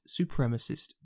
supremacist